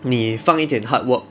你放一点 hard work